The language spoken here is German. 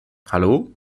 hallo